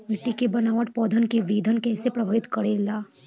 मिट्टी के बनावट पौधन के वृद्धि के कइसे प्रभावित करे ले?